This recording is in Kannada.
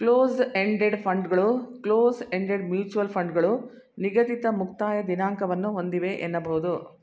ಕ್ಲೋಸ್ಡ್ ಎಂಡೆಡ್ ಫಂಡ್ಗಳು ಕ್ಲೋಸ್ ಎಂಡೆಡ್ ಮ್ಯೂಚುವಲ್ ಫಂಡ್ಗಳು ನಿಗದಿತ ಮುಕ್ತಾಯ ದಿನಾಂಕವನ್ನ ಒಂದಿವೆ ಎನ್ನಬಹುದು